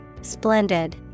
Splendid